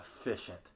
efficient